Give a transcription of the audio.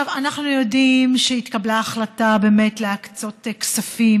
אנחנו יודעים שהתקבלה החלטה להקצות כספים,